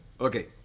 Okay